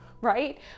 right